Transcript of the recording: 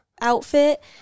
outfit